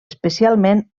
especialment